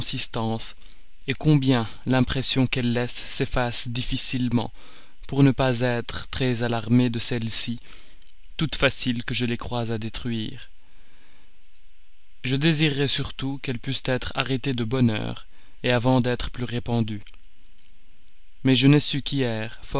consistance combien l'impression qu'elles laissent s'efface difficilement pour ne pas être très alarmée de celles-ci toutes faciles que je les crois à détruire je désirerais surtout qu'elles pussent être arrêtées de bonne heure avant d'être plus répandues mais je n'ai su